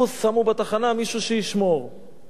אנחנו היינו קוראים לזה לסכל את הפיגוע שהיה.